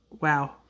Wow